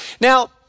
Now